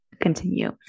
continue